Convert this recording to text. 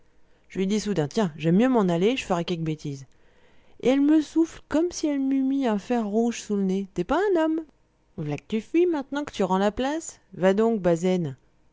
je lui dis soudain tiens j'aime mieux m'en aller je ferais quelque bêtise et elle me souffle comme si elle m'eût mis un fer rouge sous le nez t'es pas un homme v'là qu'tu fuis maintenant que tu rends la place va donc